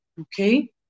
Okay